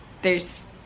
there's-